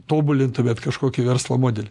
tobulintumėt kažkokį verslo modelį